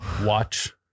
watch